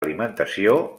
alimentació